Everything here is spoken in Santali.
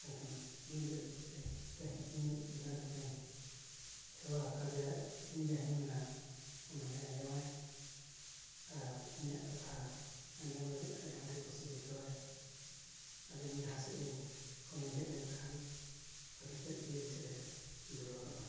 ᱟᱫᱚ ᱩᱱᱤᱜᱮ ᱟᱹᱜᱩ ᱠᱟᱛᱮᱫ ᱛᱮᱦᱮᱧ ᱤᱧᱤᱡ ᱜᱤᱫᱽᱨᱟᱹ ᱞᱮᱠᱟᱧ ᱦᱮᱣᱟ ᱟᱠᱟᱫᱮᱭᱟ ᱤᱧ ᱡᱟᱦᱟᱸᱧ ᱢᱮᱱᱟ ᱚᱱᱟ ᱜᱮ ᱟᱸᱡᱚᱢᱟᱭ ᱟᱨ ᱤᱧᱟᱹᱜ ᱠᱟᱛᱷᱟ ᱟᱸᱡᱚᱢ ᱞᱟᱹᱜᱤᱫ ᱟᱡᱦᱚᱸ ᱟᱹᱰᱤ ᱠᱩᱥᱤ ᱵᱩᱡᱷᱟᱹᱣᱟᱭ ᱟᱨ ᱤᱧ ᱡᱟᱦᱟᱸ ᱥᱮᱫ ᱤᱧ ᱠᱷᱚᱱᱤᱧ ᱦᱮᱡ ᱞᱮᱱᱠᱷᱟᱱ ᱟᱹᱰᱤ ᱛᱮᱫ ᱜᱮ ᱤᱧ ᱴᱷᱮᱱᱮ ᱫᱩᱞᱟᱹᱲᱚᱜᱼᱟ